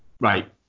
right